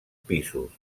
pisos